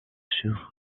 sur